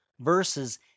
versus